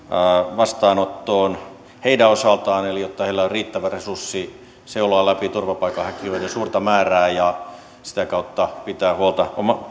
vastaanottoon heidän osaltaan jotta heillä on riittävä resurssi seuloa läpi turvapaikanhakijoiden suurta määrää ja sitä kautta pitää huolta